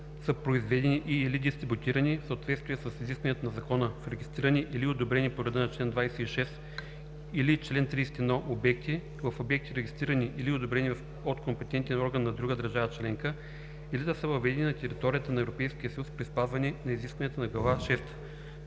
са произведени и/или дистрибутирани в съответствие с изискванията на закона в регистрирани или одобрени по реда на чл. 26 или чл. 31 обекти, в обекти, регистрирани или одобрени от компетентен орган на друга държава членка, или да са въведени на територията на Европейския съюз при спазване на изискванията на глава